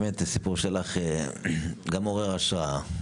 הסיפור שלך באמת מעורר השראה,